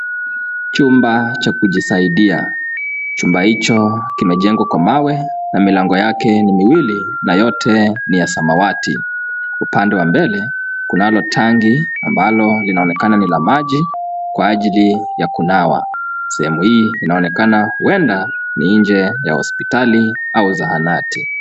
Chumba cha kujisaidia, chumba hicho kimejengwa kwa mawe na milango yake ni miwili na yote ni ya samawati. Upande wa mbele kunalo tangi ambalo linaonekana ni la maji kwa ajili ya kunawa. Sehemu hii inaonekana huenda ni nje ya hospitali au zahanati.